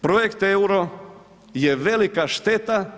Projekt EURO je velika šteta.